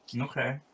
okay